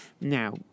Now